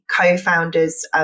co-founders